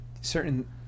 certain